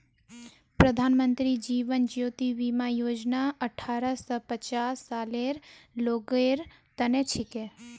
प्रधानमंत्री जीवन ज्योति बीमा योजना अठ्ठारह स पचास सालेर लोगेर तने छिके